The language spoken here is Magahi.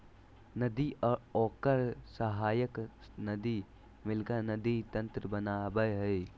नदी और ओकर सहायक नदी मिलकर नदी तंत्र बनावय हइ